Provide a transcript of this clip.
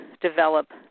develop